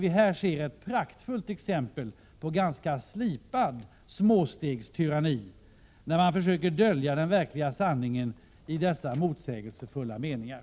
Jag tycker att vi här ser ett praktfullt exempel på ganska slipad småstegstyranni, när man i dessa motsägelsefulla rader försöker dölja den verkliga sanningen.